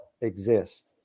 exist